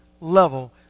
level